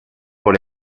por